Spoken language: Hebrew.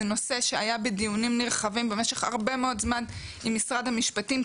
זה נושא שהיה בדיונים נרחבים במשך הרבה מאוד זמן עם משרד המשפטים,